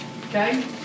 okay